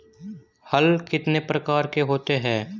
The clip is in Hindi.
हल कितने प्रकार के होते हैं?